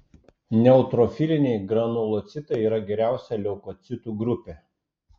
neutrofiliniai granulocitai yra gausiausia leukocitų grupė